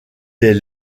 des